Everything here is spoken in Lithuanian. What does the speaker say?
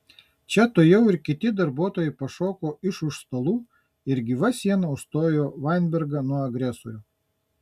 čia tuojau ir kiti darbuotojai pašoko iš už stalų ir gyva siena užstojo vainbergą nuo agresorių